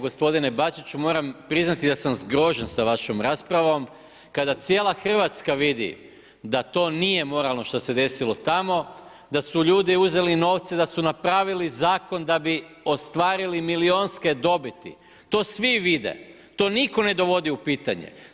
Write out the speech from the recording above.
Gospodine Bačiću moram priznati da sam zgrožen sa vašom raspravom kada cijela Hrvatska vidi da to nije moralno što se desilo tamo, da su ljudi uzeli novce da su napravili zakon da bi ostvarili milijunske dobiti, to svi vide, to niko ne dovodi u pitanje.